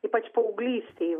ypač paauglystėj